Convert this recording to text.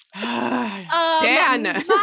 dan